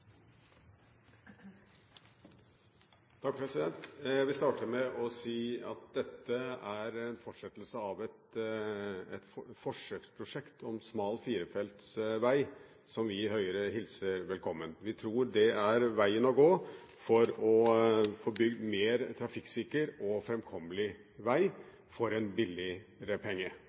med å si at dette er en fortsettelse av et forsøksprosjekt om smal firefelts vei, som vi i Høyre hilser velkommen. Vi tror det er veien å gå for å få bygd mer trafikksikker og framkommelig vei for